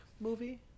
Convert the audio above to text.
movie